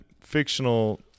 fictional